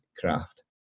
Craft